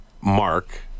Mark